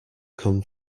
come